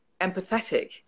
empathetic